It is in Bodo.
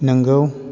नंगौ